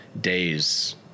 days